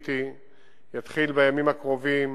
שמיניתי יתחיל בימים הקרובים